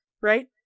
right